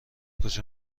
کجا